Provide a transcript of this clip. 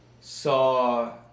saw